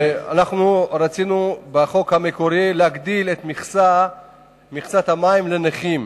שאנחנו רצינו בחוק המקורי להגדיל את מכסת המים לנכים.